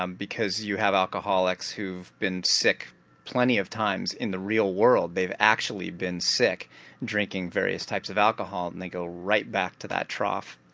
um because you have alcoholics who've been sick plenty of times in the real world, they've actually been sick drinking various types of alcohol and they go right back to that trough.